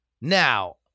Now